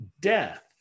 death